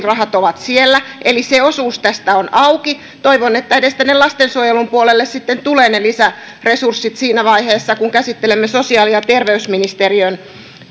rahat ovat siellä eli se osuus tästä on auki toivon että edes tänne lastensuojelun puolelle sitten tulevat ne lisäresurssit siinä vaiheessa kun käsittelemme sosiaali ja terveysministeriön